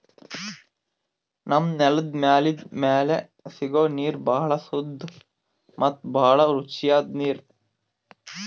ನಮ್ಮ್ ನೆಲದ್ ಮ್ಯಾಲಿಂದ್ ಮ್ಯಾಲೆ ಸಿಗೋ ನೀರ್ ಭಾಳ್ ಸುದ್ದ ಮತ್ತ್ ಭಾಳ್ ರುಚಿಯಾದ್ ನೀರ್